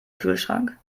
kühlschrank